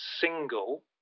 single